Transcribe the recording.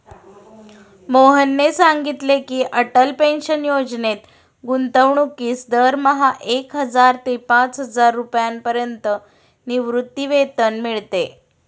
मोहनने सांगितले की, अटल पेन्शन योजनेत गुंतवणूकीस दरमहा एक हजार ते पाचहजार रुपयांपर्यंत निवृत्तीवेतन मिळते